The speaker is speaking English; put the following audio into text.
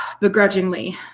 begrudgingly